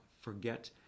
forget